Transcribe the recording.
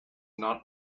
not